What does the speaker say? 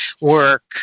work